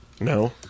No